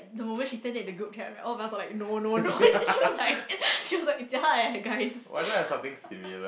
the moment she send that in the group chat right all of us were like no no no and then she was like she was like jialat leh guys